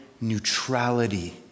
neutrality